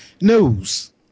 News